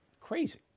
Crazy